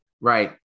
Right